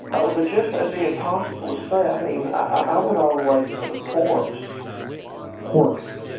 oh, the gist would be impossible to say. i ah mean i went all the way down to quarks quarks,